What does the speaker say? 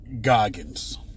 Goggins